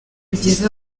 byiza